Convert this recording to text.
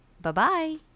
bye-bye